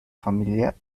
familia